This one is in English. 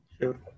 Sure